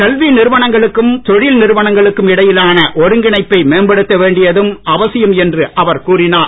கல்வி நிறுவனங்களுக்கும் தொழில்நிறுவனங்களுக்கும் இடையிலான ஒருங்கிணைப்பை மேம்படுத்த வேண்டியதும் அவசியம் என்று அவர் கூறினார்